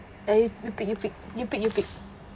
eh you you pick you pick you pick you pick